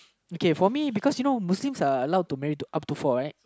okay for me because you know Muslims are allowed to married to up to four right